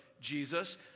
Jesus